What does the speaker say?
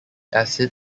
acid